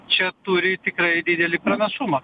čia turi tikrai didelį pranašumą